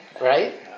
right